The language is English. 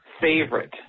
favorite